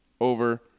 over